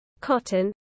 cotton